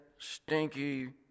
stinky